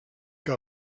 que